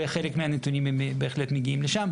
וחלק מהנתונים בהחלט מגיעים לשם.